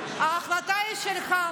ההחלטה היא שלך.